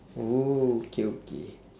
oh okay okay